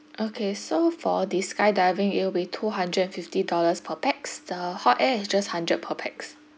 okay so for the skydiving it'll be two hundred and fifty dollars per pax the hot air is just hundred per pax